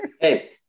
Hey